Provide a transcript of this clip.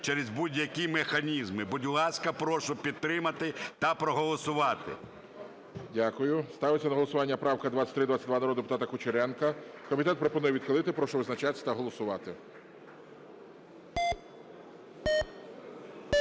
через будь-які механізми. Будь ласка, прошу підтримати та проголосувати. ГОЛОВУЮЧИЙ. Дякую. Ставиться на голосування правка 2322 народного депутата Кучеренка. Комітет пропонує відхилити. Прошу визначатись та голосувати.